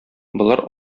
болар